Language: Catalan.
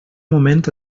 moment